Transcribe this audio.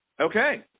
okay